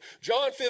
John